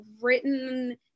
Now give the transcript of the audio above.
written